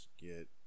get